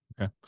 Okay